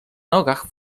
nogach